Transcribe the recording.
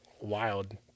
wild